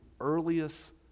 earliest